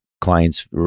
clients